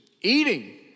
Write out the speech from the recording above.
eating